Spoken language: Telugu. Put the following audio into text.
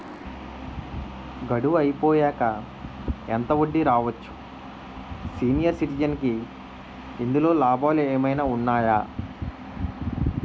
గడువు అయిపోయాక ఎంత వడ్డీ రావచ్చు? సీనియర్ సిటిజెన్ కి ఇందులో లాభాలు ఏమైనా ఉన్నాయా?